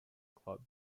club